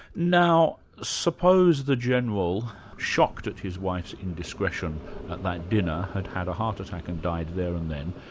now suppose the general, shocked at his wife's indiscretion at that dinner, had had a heart attack and died there and then,